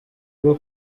bwo